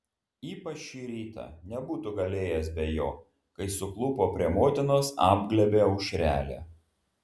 ypač šį rytą nebūtų galėjęs be jo kai suklupo prie motinos apglėbė aušrelę